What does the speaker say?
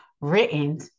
written